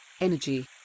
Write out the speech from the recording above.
energy